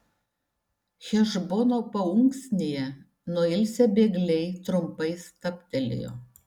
hešbono paunksnėje nuilsę bėgliai trumpai stabtelėjo